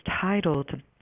titled